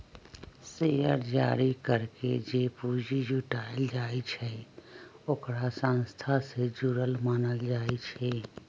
share जारी करके जे पूंजी जुटाएल जाई छई ओकरा संस्था से जुरल मानल जाई छई